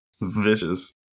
vicious